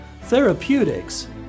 Therapeutics